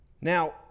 now